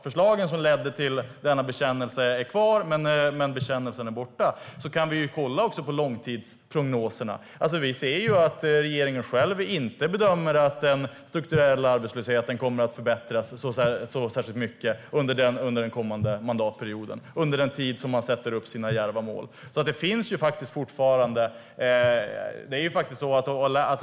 Förslagen som ledde till denna bekännelse är kvar, men bekännelsen är borta. Vi kan också se på långtidsprognoserna. Vi ser att regeringen själv inte bedömer att den strukturella arbetslösheten kommer att förbättras särskilt mycket under den kommande mandatperioden och under den tid för vilken den sätter upp sina djärva mål.